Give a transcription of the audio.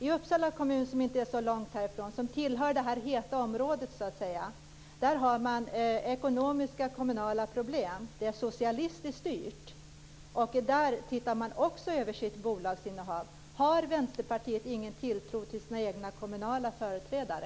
I Uppsala kommun, som inte är så långt härifrån och som tillhör det heta området, har man ekonomiska kommunala problem. Den är socialistiskt styrd. Där ser man också över sitt bolagsinnehav. Har Vänsterpartiet ingen tilltro till sina egna kommunala företrädare?